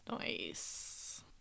Nice